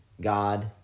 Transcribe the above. God